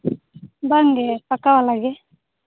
ᱵᱟᱝᱜᱮ ᱯᱟᱠᱟ ᱚᱲᱟᱜ ᱜᱮ